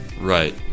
right